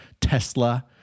Tesla